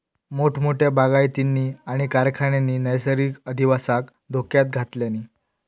मोठमोठ्या बागायतींनी आणि कारखान्यांनी नैसर्गिक अधिवासाक धोक्यात घातल्यानी